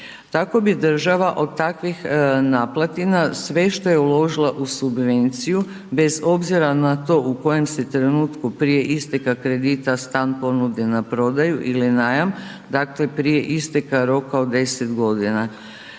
Tako bi država od takvih naplatila sve što je uložila u subvenciju bez obzira na to u kojem se trenutku prije isteka kredita stan ponudi na prodaju ili najam, dakle prije isteka roka od 10 godina.